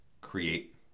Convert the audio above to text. create